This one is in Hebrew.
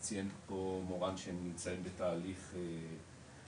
ציין פה מורן שהם נמצאים בתהליך עבודה.